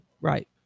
right